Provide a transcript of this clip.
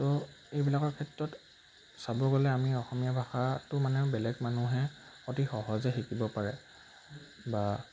তো এইবিলাকৰ ক্ষেত্ৰত চাব গ'লে আমি অসমীয়া ভাষাটো মানে বেলেগ মানুহে অতি সহজে শিকিব পাৰে বা